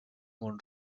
món